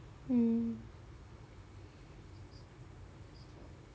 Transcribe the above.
mm